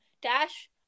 Dash